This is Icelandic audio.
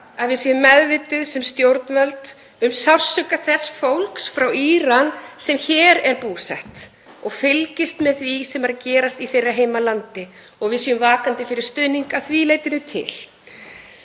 að við séum meðvituð sem stjórnvöld um sársauka þess fólks frá Íran sem hér er búsett og fylgist með því sem er að gerast í þeirra heimalandi og við séum vakandi fyrir stuðningi að því leytinu til.